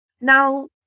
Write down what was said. Now